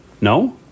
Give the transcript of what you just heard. no